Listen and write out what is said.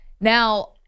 Now